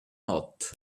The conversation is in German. hat